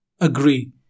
agree